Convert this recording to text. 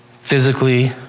physically